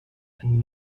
and